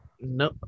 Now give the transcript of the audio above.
No